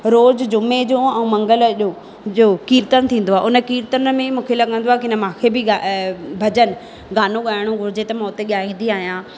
रोज़ु जुमें जो ऐं मंगल जो कीर्तन थींदो आहे उन कीर्तन में ई मूंखे लॻंदो आहे की न मूंखे बि ॻाइणो आहे भॼनु गानो ॻाइणो हुजे त मां उते ॻाईंदी आहियां